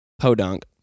Podunk